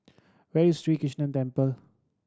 where is Sri Krishnan Temple